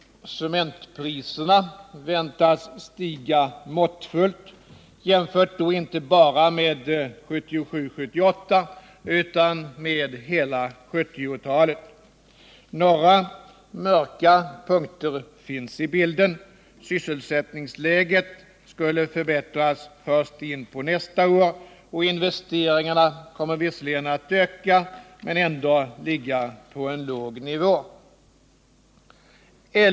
Konsumentpriserna väntas stiga måttfullt, inte bara jämfört med 1977 och 1978 utan även jämfört med hela 1970-talet. Några mörka punkter finns i bilden. Sysselsättningsläget skulle förbättras först in på nästa år, och investeringarna kommer visserligen att öka men ändå att ligga på en låg nivå.